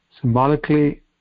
symbolically